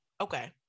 okay